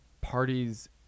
parties